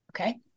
Okay